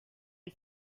iyo